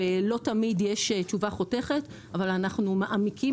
ולא תמיד יש תשובה חותכת אבל אנחנו מעמיקים